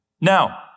Now